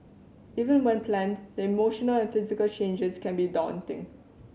even when planned the emotional and physical changes can be daunting